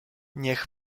niech